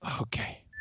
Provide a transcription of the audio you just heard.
okay